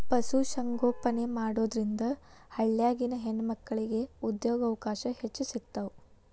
ಪಶು ಸಂಗೋಪನೆ ಮಾಡೋದ್ರಿಂದ ಹಳ್ಳ್ಯಾಗಿನ ಹೆಣ್ಣಮಕ್ಕಳಿಗೆ ಉದ್ಯೋಗಾವಕಾಶ ಹೆಚ್ಚ್ ಸಿಗ್ತಾವ